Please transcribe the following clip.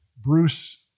Bruce